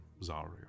Zarya